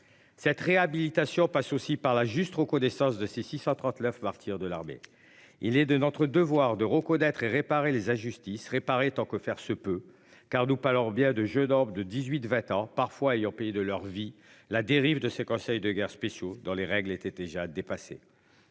Cette réhabilitation passe aussi par la juste reconnaissance de ces 639 martyrs de l'armée. Il est de notre devoir de reconnaître et réparer les injustices réparées tant que faire se peut, car pas leurs biens de jeune homme de 18 20 ans parfois ayant payé de leur vie. La dérive de ses conseils de guerre spéciaux dans les règles étaient déjà dépassé.